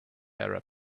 arab